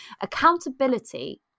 Accountability